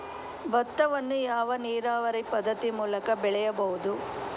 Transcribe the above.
ಭತ್ತವನ್ನು ಯಾವ ನೀರಾವರಿ ಪದ್ಧತಿ ಮೂಲಕ ಬೆಳೆಯಬಹುದು?